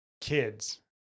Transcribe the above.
kids